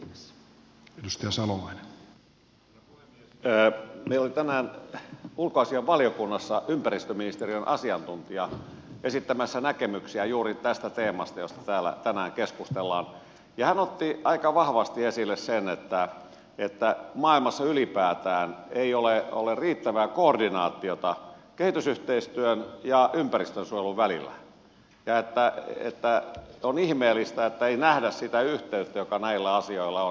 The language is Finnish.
meillä oli tänään ulkoasiainvaliokunnassa ympäristöministeriön asiantuntija esittämässä näkemyksiä juuri tästä teemasta josta täällä tänään keskustellaan ja hän otti aika vahvasti esille sen että maailmassa ylipäätään ei ole riittävää koordinaatiota kehitysyhteistyön ja ympäristönsuojelun välillä ja että on ihmeellistä että ei nähdä sitä yhteyttä joka näillä asioilla on